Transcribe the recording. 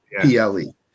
PLE